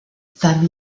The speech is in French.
femme